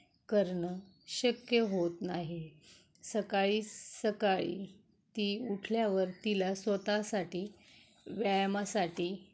करणं शक्य होत नाही सकाळी सकाळी ती उठल्यावर तिला स्वतःसाठी व्यायामासाठी